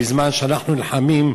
בזמן שאנחנו נלחמים,